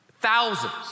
Thousands